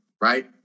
right